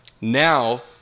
now